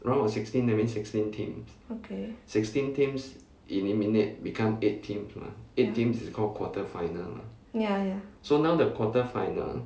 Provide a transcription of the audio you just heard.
okay ya ya ya